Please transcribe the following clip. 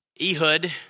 Ehud